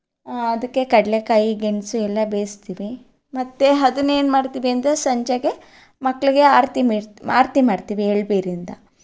ಅದಕ್ಕೆ ಕಡಲೆ ಕಾಯಿ ಗೆಣಸು ಎಲ್ಲ ಬೇಯಿಸ್ತೀವಿ ಮತ್ತೆ ಅದನ್ನ ಏನು ಮಾಡ್ತೀವಿ ಅಂದರೆ ಸಂಜೆಗೆ ಮಕ್ಕಳಿಗೆ ಆರತಿ ಆರತಿ ಮಾಡ್ತೀವಿ ಎಳ್ಳು ಬೀರಿದ